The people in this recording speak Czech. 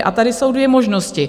A tady jsou dvě možnosti.